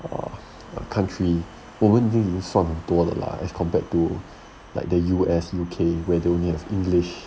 err country 我们就已经算很多了啦 as compared to like the U_S U_K where they only have english